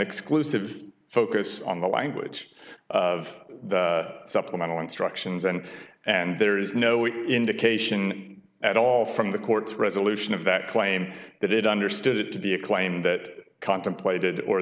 exclusive focus on the language of the supplemental instructions and and there is no indication at all from the court's resolution of that claim that it understood it to be a claim that contemplated or